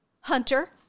Hunter